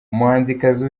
umuhanzikazi